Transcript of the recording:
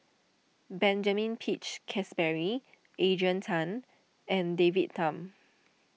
Benjamin Peach Keasberry Adrian Tan and David Tham